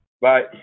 Bye